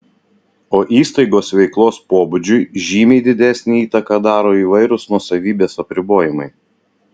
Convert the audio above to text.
o įstaigos veiklos pobūdžiui žymiai didesnę įtaką daro įvairūs nuosavybės apribojimai